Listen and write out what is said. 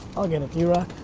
i'll get it, drock.